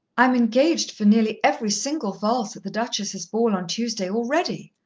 i'm engaged for nearly every single valse at the duchess's ball on tuesday already!